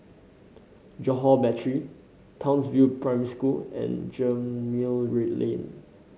Johore Battery Townsville Primary School and Gemmill Lane